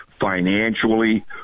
financially